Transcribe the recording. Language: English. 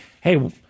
Hey